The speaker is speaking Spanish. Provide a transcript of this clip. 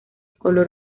color